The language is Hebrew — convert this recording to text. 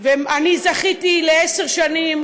ואני זכיתי לעשר שנים